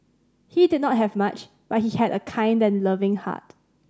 he did not have much but he had a kind and loving heart